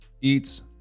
eats